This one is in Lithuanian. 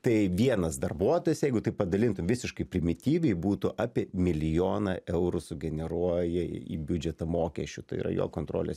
tai vienas darbuotojas jeigu taip padalintum visiškai primityviai būtų apie milijoną eurų sugeneruoja į biudžetą mokesčių tai yra jo kontrolės